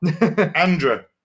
Andra